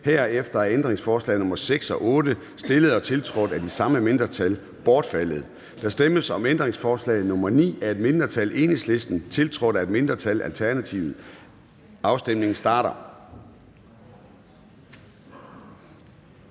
Herefter er ændringsforslag nr. 6 og 8, stillet og tiltrådt af de samme mindretal, bortfaldet. Der stemmes om ændringsforslag nr. 9 af et mindretal (EL), tiltrådt af et mindretal (ALT). Afstemningen starter.